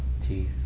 teeth